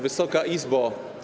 Wysoka Izbo!